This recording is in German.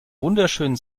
wunderschönen